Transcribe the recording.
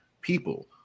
people